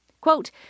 Quote